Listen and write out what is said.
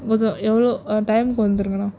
கொஞ்சம் எவ்வளோ டைமுக்கு வந்துவிடுங்க அண்ணா